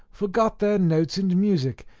forgot their notes and music,